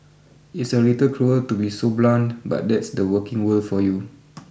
it's a little cruel to be so blunt but that's the working world for you